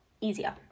easier